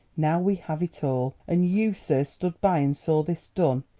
now we have it all. and you, sir, stood by and saw this done.